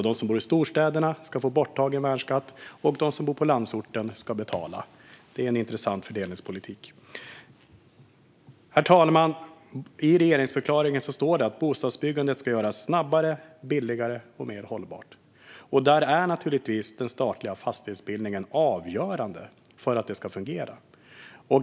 De som bor i storstäderna ska få borttagen värnskatt, och de som bor på landsorten ska betala. Det är en intressant fördelningspolitik. Herr talman! I regeringsförklaringen står det att bostadsbyggandet ska göras snabbare, billigare och mer hållbart. Den statliga fastighetsbildningen är naturligtvis avgörande för att det ska fungera.